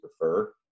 prefer